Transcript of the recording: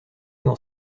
dans